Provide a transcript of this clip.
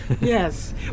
Yes